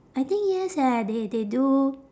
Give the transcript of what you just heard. I think yes eh they they do